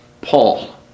Paul